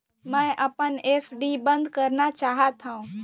मै अपन एफ.डी बंद करना चाहात हव